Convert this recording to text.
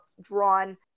drawn